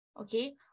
Okay